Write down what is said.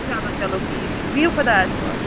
چلو چلو ٹھیٖک چھُ بِہِو خۄدایَس حوال